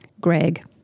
Greg